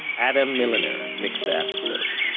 adam milliner mixed the episode.